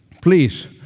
Please